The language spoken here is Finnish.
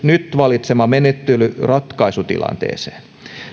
valitsema menettely ratkaisu tilanteeseen